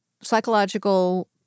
psychological